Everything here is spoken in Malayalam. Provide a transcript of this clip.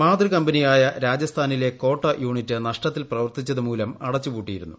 മാതൃ കമ്പനിയായ രാജസ്ഥാനിലെ കോട്ട യൂണിറ്റ് നഷ്ടത്തിൽ പ്രവർത്തിച്ചത് മൂലം അടച്ചു പൂട്ടിയിരുന്നു